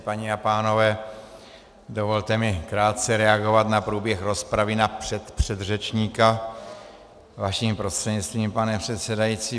Paní a pánové, dovolte mi krátce reagovat na průběh rozpravy, na předpředřečníka, vaším prostřednictvím, pane předsedající.